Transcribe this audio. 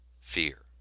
Fear